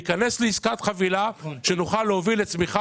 להיכנס לעסקת חבילה כדי שנוכל להוביל לצמיחה